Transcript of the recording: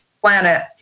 planet